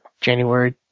January